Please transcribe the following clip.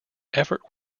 effort